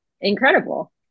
incredible